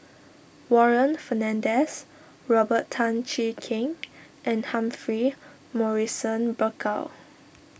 Warren Fernandez Robert Tan Jee Keng and Humphrey Morrison Burkill